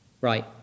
right